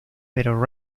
pero